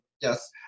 Yes